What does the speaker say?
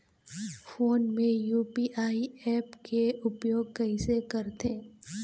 Phone मे UPI app के उपयोग कइसे करथे?